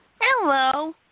Hello